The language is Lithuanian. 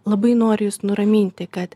labai noriu jus nuraminti kad